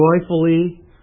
joyfully